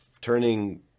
turning